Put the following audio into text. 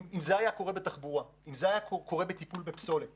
אם זה היה קורה בתחבורה ובטיפול בפסולת